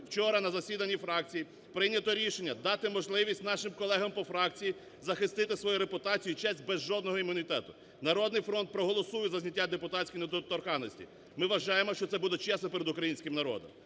Вчора на засіданні фракції прийнято рішення, дати можливість нашим колегам по фракції захистити свою репутацію і честь без жодного імунітету. "Народний фронт" проголосує за зняття депутатської недоторканності. Ми вважаємо, що це буде чесно перед українським народом.